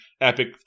epic